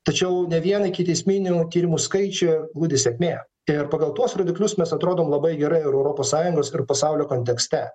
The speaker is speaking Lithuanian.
tačiau ne vien ikiteisminių tyrimų skaičiuje glūdi sėkmė ir pagal tuos rodiklius mes atrodom labai gerai ir europos sąjungos ir pasaulio kontekste